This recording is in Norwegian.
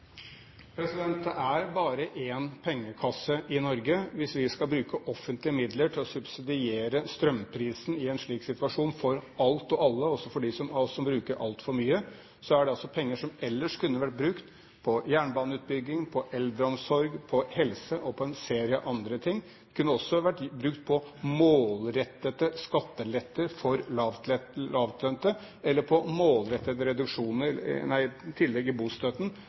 Det er bare én pengekasse i Norge. Hvis vi skal bruke offentlige midler til å subsidiere strømprisen i en slik situasjon for alt og alle, også for dem av oss som bruker altfor mye, er det penger som ellers kunne vært brukt på jernbaneutbygging, på eldreomsorg, på helse og på en serie andre ting. Det kunne også vært brukt på målrettede skatteletter for lavtlønte eller på målrettede tillegg i bostøtten